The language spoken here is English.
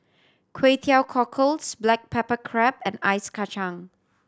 Kway Teow Cockles black pepper crab and ice kacang